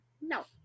No